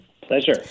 Pleasure